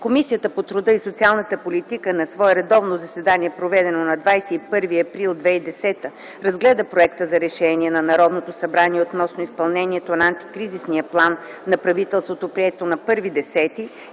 Комисията по труда и социалната политика на свое редовно заседание, проведено на 21 април 2010 г. разгледа Проекта за решение на Народното събрание относно изпълнението на Антикризисния план на правителството, приет на 1.10.2009